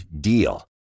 DEAL